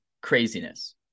craziness